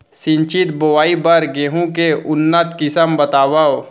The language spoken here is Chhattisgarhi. सिंचित बोआई बर गेहूँ के उन्नत किसिम बतावव?